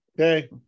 Okay